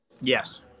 Yes